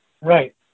Right